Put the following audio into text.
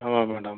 ஆமாம் மேடம்